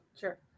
Sure